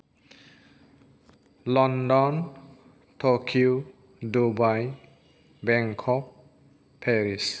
London Tokyo Dubai Bangkok Paris